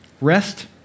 Rest